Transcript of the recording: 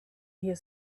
here